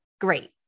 great